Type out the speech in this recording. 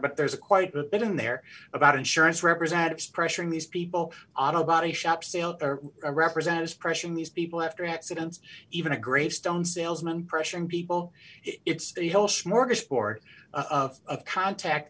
but there's a quite a bit in there about insurance representatives pressuring these people auto body shop sales representatives pressuring these people after accidents even to greystone salesman pressuring people it's a whole smorgasbord of a contact